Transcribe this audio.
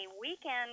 weekend